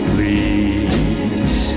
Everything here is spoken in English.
Please